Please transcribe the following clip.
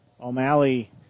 O'Malley